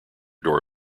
door